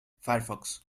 firefox